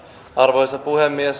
arvoisa puhemies